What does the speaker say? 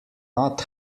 not